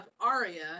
Aria